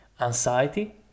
anxiety